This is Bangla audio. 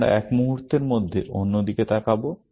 আমরা এক মুহূর্তের মধ্যে অন্য দিকে তাকাবো